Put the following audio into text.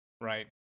right